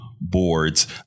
boards